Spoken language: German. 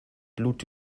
blut